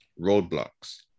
roadblocks